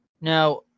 Now